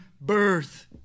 birth